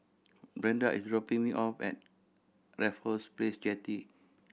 Brenda is dropping me off at Raffles Place Jetty